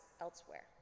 elsewhere